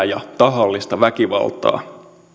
ja tahallista väkivaltaa